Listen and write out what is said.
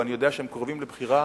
ואני יודע שהם קרובים לבחירה,